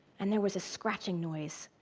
and there was a scratching noise.